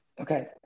Okay